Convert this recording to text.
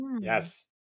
Yes